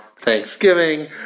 Thanksgiving